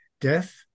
Death